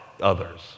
others